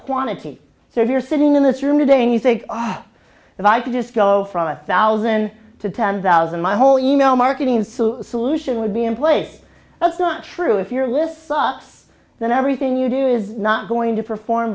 quantity so if you're sitting in this room today and he says i if i could just go from a thousand to ten thousand my whole email marketing through solution would be in place that's not true if your lists us then everything you do is not going to perform